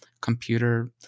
computer